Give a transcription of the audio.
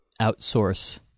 outsource